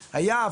היה,